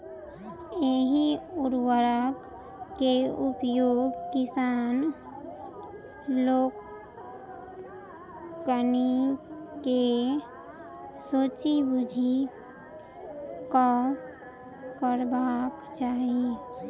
एहि उर्वरक के उपयोग किसान लोकनि के सोचि बुझि कअ करबाक चाही